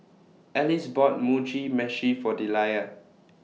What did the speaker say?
Alice bought Mugi Meshi For Deliah